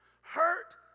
Hurt